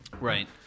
Right